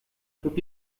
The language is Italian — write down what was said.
tutti